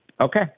Okay